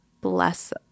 bless